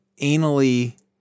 anally